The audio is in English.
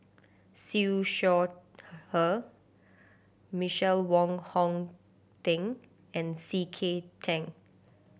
Siew Shaw Her Michael Wong Hong Teng and C K Tang